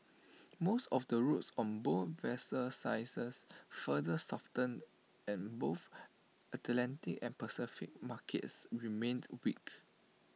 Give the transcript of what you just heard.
most of the routes on both vessel sizes further softened and both Atlantic and Pacific markets remained weak